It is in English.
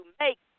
make